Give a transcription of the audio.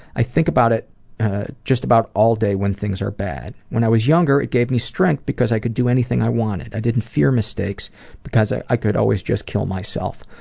i think about it just about all day when things are bad. when i was younger it gave me strength because i could do anything i wanted. i didn't fear mistakes because i i could always just kill myself.